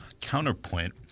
Counterpoint